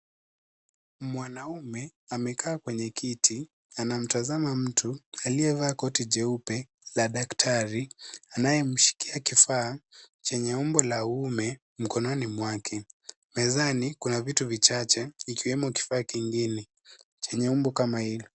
Ni mwanaume amekaa kwenye kiti anamtazama mtu aliyevaa koti jeupe la daktar,i anayemshikia kifaa chenye umbo la uume mkononi mwake mezani kuna vitu vichache ikiwemo kifaa kingine chenye umbo kama hilo.